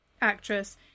actress